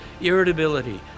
irritability